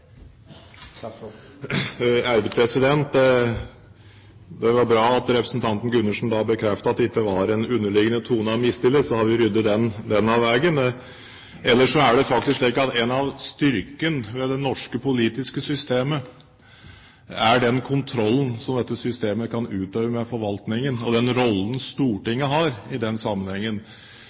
Det var bra at representanten Gundersen bekreftet at det ikke var en underliggende tone av mistillit. Så har vi ryddet den av veien. Ellers er det faktisk slik at en av styrkene ved det norske politiske systemet er den kontrollen som dette systemet kan utøve med forvaltningen, og den rollen Stortinget har i den sammenhengen